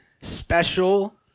special